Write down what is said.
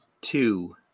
two